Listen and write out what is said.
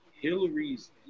Hillary's